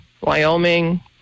Wyoming